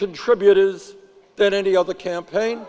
contributors than any other campaign